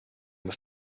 was